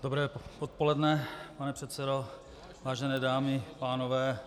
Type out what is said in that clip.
Dobré odpoledne, pane předsedo, vážené dámy a pánové.